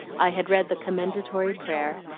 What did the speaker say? i had read the commendatory prayer,